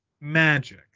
magic